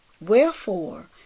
Wherefore